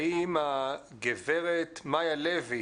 האם הגברת מאיה לוי